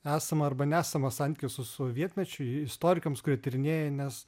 esamą arba nesamą santykį su sovietmečiu jį istorikams kurie tyrinėja nes